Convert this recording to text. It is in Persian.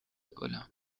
گلم